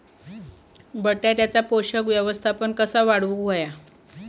बटाट्याचा पोषक व्यवस्थापन कसा वाढवुक होया?